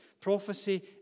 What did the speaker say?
prophecy